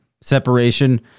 separation